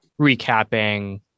recapping